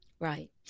Right